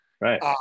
Right